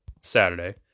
Saturday